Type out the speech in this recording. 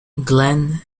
glen